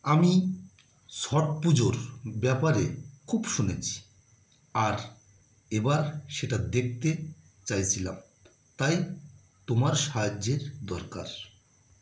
আমি ছট পুজোর ব্যাপারে খুব শুনেছি আর এবার সেটা দেখতে চাইছিলাম তাই তোমার সাহায্যের দরকার